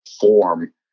form